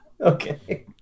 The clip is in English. Okay